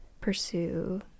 pursue